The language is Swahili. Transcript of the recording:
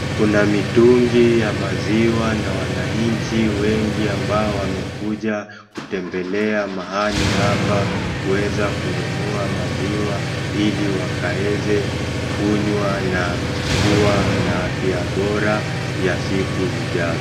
Kuna mitungi ya maziwa, na wananchi wengi ambao wamekuja kutembelea mahali hapa kuweza kununua maziwa, ili wakaeze kunywa na kuwa na afya bora ya siku zijazo.